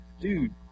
dude